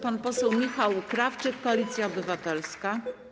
Pan poseł Michał Krawczyk, Koalicja Obywatelska.